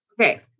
okay